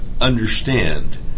understand